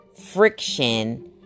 friction